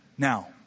Now